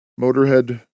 Motorhead